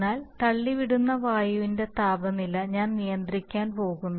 എന്നാൽ തള്ളിവിടുന്ന വായുവിന്റെ താപനില ഞാൻ നിയന്ത്രിക്കാൻ പോകുന്നു